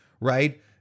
Right